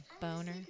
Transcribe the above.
boner